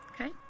Okay